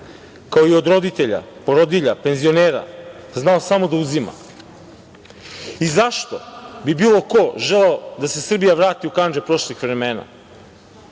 kao i od roditelja, porodilja, penzionera, znao samo da uzima, zašto bi bilo ko želeo da se Srbija vrati u kandže prošlih vremena,